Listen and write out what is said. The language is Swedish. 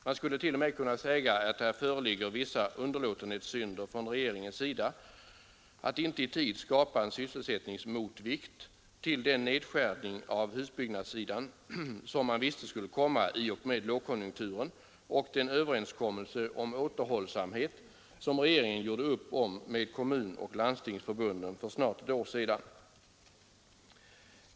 Man skulle t.o.m. kunna säga att det här föreligger vissa underlåtenhetssynder från regeringens sida att inte i tid skapa en sysselsättningsmotvikt till den nedskärning på husbyggnadssidan, som man visste skulle komma i och med lågkonjunkturen, och den överenskommelse om återhållsamhet som regeringen gjorde upp om med Kommunförbundet och Landstingsförbundet för snart ett år sedan.